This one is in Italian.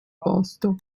posto